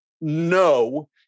no